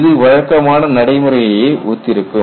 இது வழக்கமான நடைமுறையையே ஒத்திருக்கும்